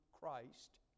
Christ